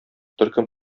төркем